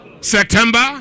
September